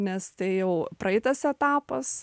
nes tai jau praeitas etapas